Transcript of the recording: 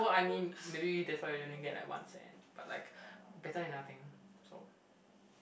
so I'm in that's why you only get like one cent but like better than nothing so